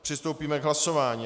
Přistoupíme k hlasování.